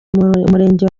umurenge